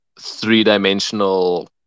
three-dimensional